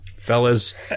Fellas